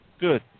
Good